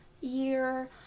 year